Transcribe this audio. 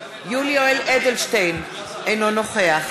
יולי יואל אדלשטיין, אינו נוכח